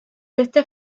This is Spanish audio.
este